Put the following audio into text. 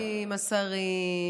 הם עסוקים, השרים.